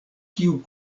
kiu